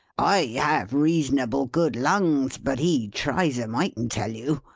i have reasonable good lungs, but he tries em, i can tell you.